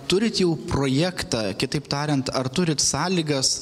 turit jau projektą kitaip tariant ar turit sąlygas